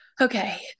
okay